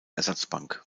ersatzbank